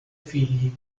figli